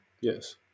Yes